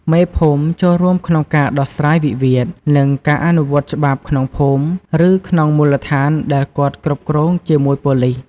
មេភូមិចួលរួមក្នុងការដោះស្រាយវិវាទ និងការអនុវត្តច្បាប់ក្នុងភូមិឬ ក្នុងមូលដ្ឋានដែលគាត់គ្រប់គ្រង់ជាមួយប៉ូលីស។